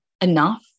enough